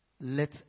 let